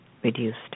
reduced